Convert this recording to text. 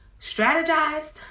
strategized